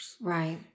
Right